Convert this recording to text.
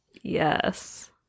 Yes